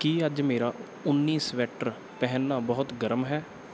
ਕੀ ਅੱਜ ਮੇਰਾ ਉੱਨੀ ਸਵੈਟਰ ਪਹਿਨਣਾ ਬਹੁਤ ਗਰਮ ਹੈ